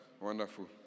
wonderful